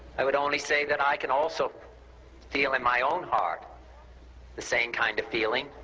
i would only say that i can also feel in my own heart the same kind of feeling.